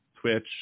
Twitch